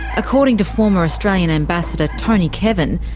according to former australian ambassador tony kevin,